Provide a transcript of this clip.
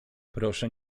proszę